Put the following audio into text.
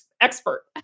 expert